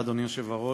אדוני היושב-ראש,